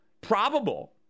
probable